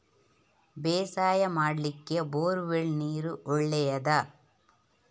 ಬೇಸಾಯ ಮಾಡ್ಲಿಕ್ಕೆ bore well ನೀರು ಒಳ್ಳೆಯದಾ?